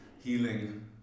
healing